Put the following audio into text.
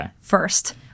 first